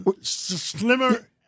Slimmer